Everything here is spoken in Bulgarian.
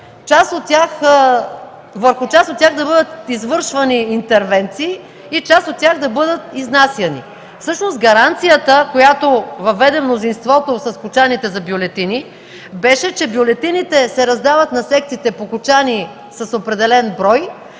върху част от тях да бъдат извършвани интервенции и част от тях да бъдат изнасяни. Гаранцията, която доведе мнозинството с кочаните за бюлетини, беше, че бюлетините се раздават по секциите по кочани с определен брой